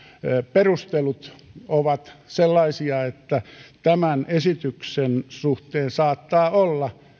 perustelut ovat sellaisia että tämän esityksen suhteen saattaa olla